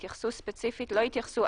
התייחסות ספציפית לא התייחסו,